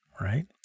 right